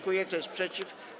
Kto jest przeciw?